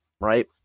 right